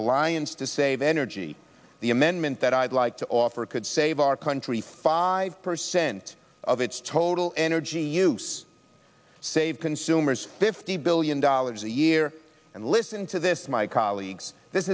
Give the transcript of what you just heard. alliance to save energy the amendment that i'd like to offer could save our country five percent of its total energy use save consumers fifty billion dollars a year and listen to this my colleagues this